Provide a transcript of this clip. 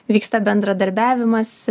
vyksta bendradarbiavimas